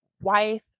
wife